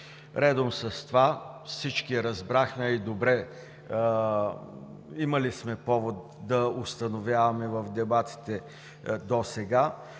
Редом с това всички разбрахме – имали сме повод да установяваме в дебатите досега,